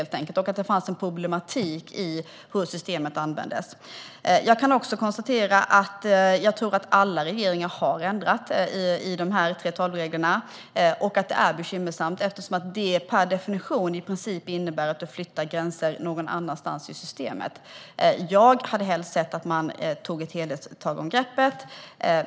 Det fanns en problematik i hur systemet användes. Jag tror att alla regeringar har ändrat i 3:12-reglerna. Det är bekymmersamt. Det innebär per definition i princip att man flyttar gränser någon annanstans i systemet. Jag hade helst sett att man hade tagit ett helhetstag.